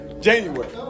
January